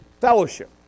fellowship